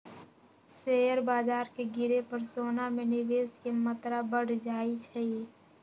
share बाजार के गिरे पर सोना में निवेश के मत्रा बढ़ जाइ छइ